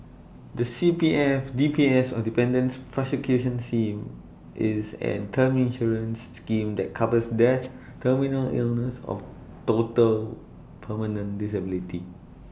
the C P F D P S or Dependants' persecution same is A term insurance scheme that covers death terminal illness of total permanent disability